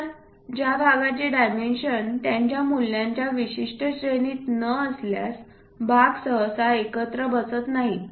तर ज्या भागांचे डायमेन्शन त्यांच्या मूल्यांच्या विशिष्ट श्रेणीत न असल्यास भाग सहसा एकत्र बसत नाहीत